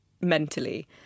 mentally